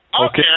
Okay